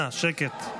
אנא, שקט.